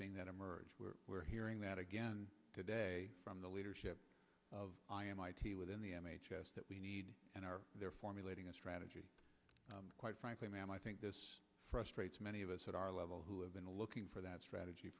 seeing that emerge where we are hearing that again today from the leadership of i m i t within the n h s that we need and are there formulating a strategy quite frankly ma'am i think this frustrates many of us that our level who have been looking for that strategy